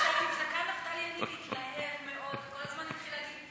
אלא שהמבזקן נפתלי יניב התלהב מאוד וכל הזמן התחיל להגיד: